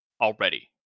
already